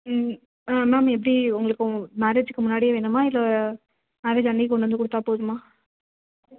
ம் ஆ மேம் எப்படி உங்களுக்கு மேரேஜ்க்கு முன்னாடியே வேணுமா இல்லை மேரேஜ் அன்னைக்கு கொண்டு வந்து கொடுத்தா போதுமா